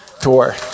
tour